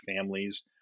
families